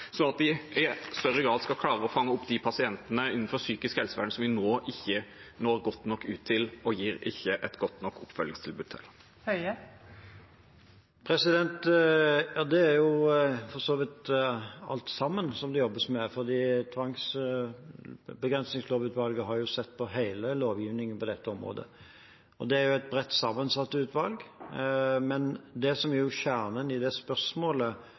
sånn at vi i større grad skal klare å fange opp de pasientene innenfor psykisk helsevern som vi nå ikke når godt ut til, og som vi ikke gir et godt nok oppfølgingstilbud til? Det jobbes for så vidt med alt sammen, for tvangsbegrensningslovutvalget har jo sett på hele lovgivningen på dette området. Det er et bredt sammensatt utvalg, men det som er kjernen i det spørsmålet